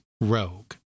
Rogue